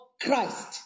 Christ